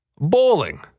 Bowling